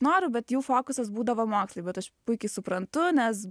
noriu bet jų fokusas būdavo mokslai bet aš puikiai suprantu nes